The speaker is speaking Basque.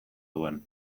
duen